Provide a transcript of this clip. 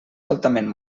altament